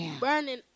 burning